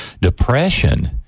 depression